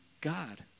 God